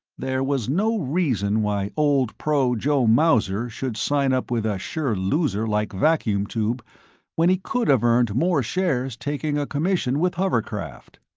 there was no reason why old pro joe mauser should sign up with a sure loser like vacuum tube when he could have earned more shares taking a commission with hovercraft.